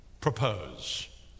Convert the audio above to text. propose